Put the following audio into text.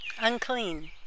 Unclean